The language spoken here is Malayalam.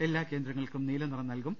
എല്ലാ കേന്ദ്രങ്ങൾക്കും നീല നിറം നൽകും